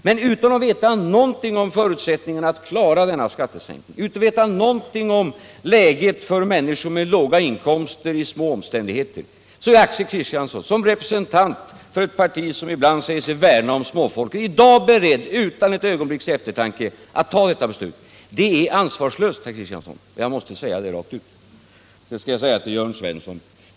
Men utan att veta någonting om förutsättningarna att klara denna skattesänkning, utan att veta någonting om läget för människor med låga inkomster och i små omständigheter är Axel Kristiansson — som representant för ett parti som ibland säger sig värna om småfolket — beredd att utan ett ögonblicks eftertanke ta detta beslut. Det är ansvarslöst, herr Kristiansson. Jag måste säga det rakt ut. Så ett par ord till Jörn Svensson.